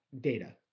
data